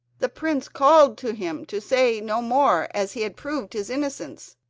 the prince called to him to say no more as he had proved his innocence.